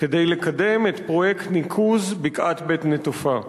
כדי לקדם את פרויקט ניקוז בקעת בית-נטופה?